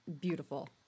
beautiful